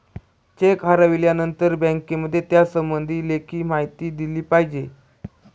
check हरवल्यानंतर बँकेमध्ये त्यासंबंधी लेखी माहिती दिली पाहिजे